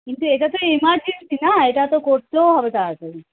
কিন্তু এটা তো এমার্জেন্সি না এটা তো করতেও হবে তাড়াতাড়ি